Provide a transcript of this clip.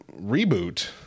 reboot